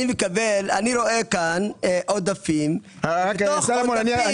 אני רואה פה עודפים ובתוכם אני